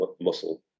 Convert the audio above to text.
muscle